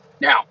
Now